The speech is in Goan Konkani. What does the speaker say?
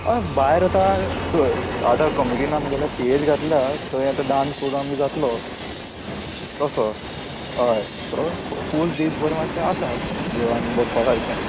हय भायर आतां आतां कमिटीन आमगेल्या स्टेज घातल्या थंय आतां डांस पोग्राम जातलो तसो हय सो फूल दीसबर मातशें आसा देवळान बसपा सारकें